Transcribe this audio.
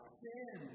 sin